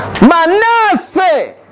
Manasseh